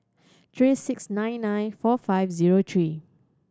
three six nine nine four five zero three